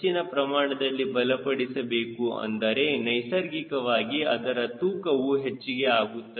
ಹೆಚ್ಚಿನ ಪ್ರಮಾಣದಲ್ಲಿ ಬಲಪಡಿಸಬೇಕು ಅಂದರೆ ನೈಸರ್ಗಿಕವಾಗಿ ಅದರ ತೂಕವು ಹೆಚ್ಚಿಗೆ ಆಗುತ್ತದೆ